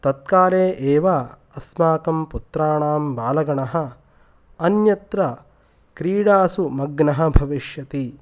तत् काले एव अस्माकं पुत्राणां बालगणः अन्यत्र क्रीडासु मग्नः भविष्यति